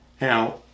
Now